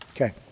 Okay